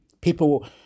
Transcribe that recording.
People